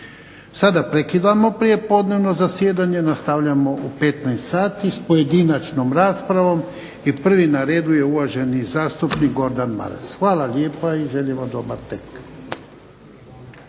Sada prekidamo prijepodnevno zasjedanje. Nastavljamo u 15,00 sati sa pojedinačnom raspravom. I prvi na redu je uvaženi zastupnik Gordan Maras. Hvala lijepa i želim vam dobar tek.